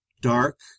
dark